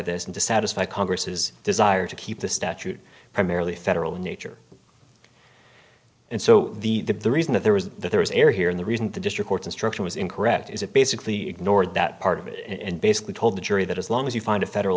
this and to satisfy congress's desire to keep the statute primarily federal in nature and so the reason that there was that there was air here in the reason the district instruction was incorrect is it basically ignored that part of it and basically told the jury that as long as you find a federal